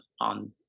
on